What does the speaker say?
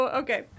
okay